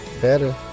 better